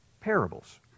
parables